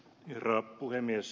herra puhemies